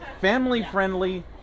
family-friendly